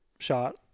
shot